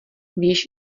víš